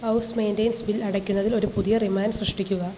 house maintenance bill അടയ്ക്കുന്നതിൽ ഒരു പുതിയ റിമൈൻഡർ സൃഷ്ടിക്കുക